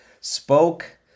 spoke